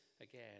again